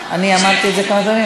מה התעורר עכשיו?